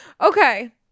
Okay